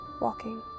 walking